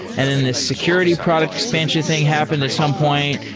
and then the security product expansion thing happen at some point.